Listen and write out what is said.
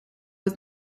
was